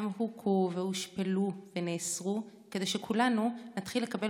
הן הוכו והושפלו ונאסרו כדי שכולנו נתחיל לקבל